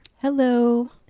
Hello